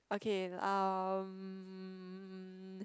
okay uh